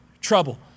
trouble